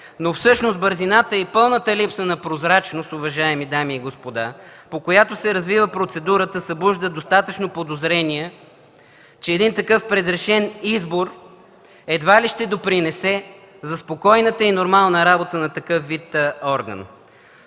Но всъщност бързината и пълната липса на прозрачност, уважаеми дами и господа, по която се развива процедурата, събужда достатъчно подозрения, че един такъв предрешен избор едва ли ще допринесе за спокойната и нормална работа на такъв вид орган.